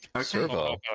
Servo